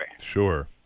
sure